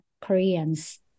Koreans